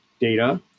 data